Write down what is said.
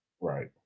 Right